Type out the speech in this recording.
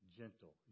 gentle